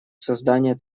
создание